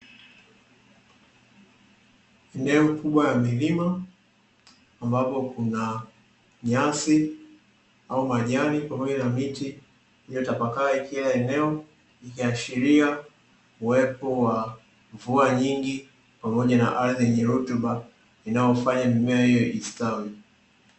Eneo kubwa la milima ambapo kuna nyasi au majani pamoja na miti iliyotapakaa kila eneo, ikiashiria uwepo wa mvua nyingi pamoja na ardhi yenye rutuba inayofanya mimea hiyo istawi.